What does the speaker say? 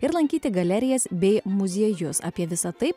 ir lankyti galerijas bei muziejus apie visa tai